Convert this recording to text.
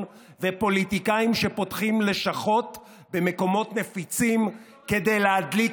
ופוליטיקאים שפותחים לשכות במקומות נפיצים כדי להדליק